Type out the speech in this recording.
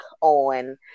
on